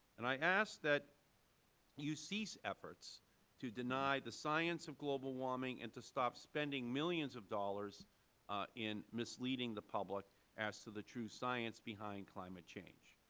and i ask that you cease efforts to deny the science, the global warming, and to stop spending millions of dollars in misleading the public as to the true science behind climate change.